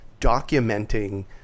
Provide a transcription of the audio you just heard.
documenting